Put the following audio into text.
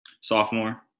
Sophomore